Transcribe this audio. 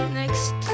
next